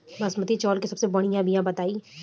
बासमती चावल के सबसे बढ़िया बिया बताई?